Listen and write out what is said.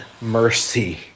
mercy